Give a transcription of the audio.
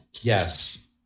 Yes